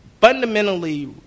fundamentally